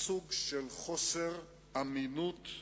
סוג של חוסר אמינות,